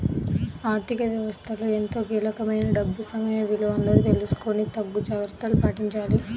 ఆర్ధిక వ్యవస్థలో ఎంతో కీలకమైన డబ్బు సమయ విలువ అందరూ తెలుసుకొని తగు జాగర్తలు పాటించాలి